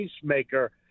Peacemaker